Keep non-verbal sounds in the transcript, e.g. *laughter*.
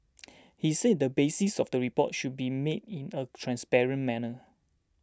*noise* he said the basis of the report should be made in a transparent manner